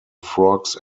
frogs